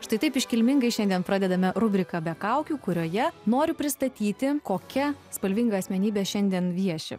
štai taip iškilmingai šiandien pradedame rubriką be kaukių kurioje noriu pristatyti kokia spalvinga asmenybė šiandien vieši